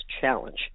challenge